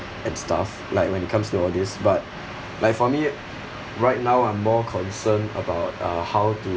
and stuff like when it comes to all this but like for me right now I'm more concerned about uh how to